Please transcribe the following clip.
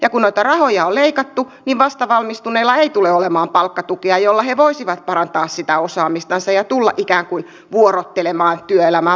ja kun noita rahoja on leikattu niin vastavalmistuneilla ei tule olemaan palkkatukea jolla he voisivat parantaa sitä osaamistansa ja tulla ikään kuin vuorottelemaan työelämään palkkatuen avulla